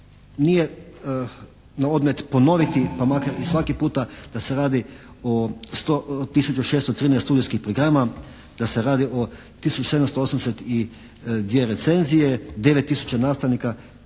Nije na odmet ponoviti pa makar i svaki puta da se radi o tisuću 613 studijskih programa, da se radi o tisuću 782 recenzije, 9 tisuća nastavnika,